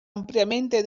ampliamente